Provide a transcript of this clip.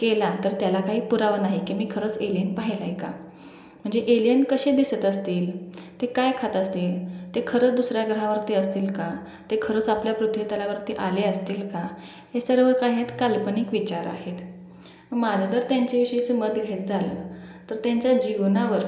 केला तर त्याला काही पुरावा नाही की मी खरंच एलियन पाहिला आहे का म्हणजे एलियन कसे दिसत असतील ते काय खात असतील ते खरं दुसऱ्या ग्रहावरती असतील का ते खरंच आपल्या पृथ्वीतलावरती आले असतील का हे सर्व काय आहेत काल्पनिक विचार आहेत माझं जर त्यांच्या विषयीचं मत घ्यायचं झालं तर त्यांच्या जीवनावर